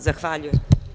Zahvaljujem.